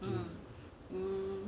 mm mm